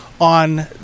on